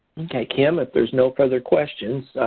okay kim if there's no further questions,